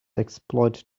exploit